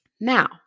Now